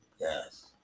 Yes